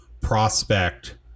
prospect